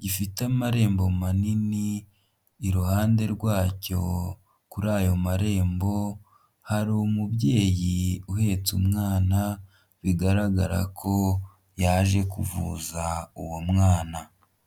gifite amarembo manini, iruhande rwacyo kuri ayo marembo hari umubyeyi uhetse umwana, bigaragara ko yaje kuvuza uwo mwana.